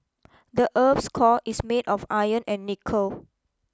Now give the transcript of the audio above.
the earth's core is made of iron and nickel